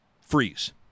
Freeze